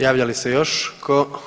Javlja li se još tko?